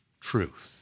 truth